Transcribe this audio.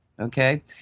okay